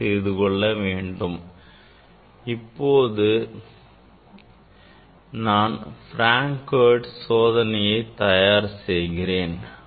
நான் இப்போது Frank - Hertz சோதனையை தேர்வு செய்கிறேன்